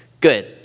Good